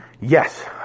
yes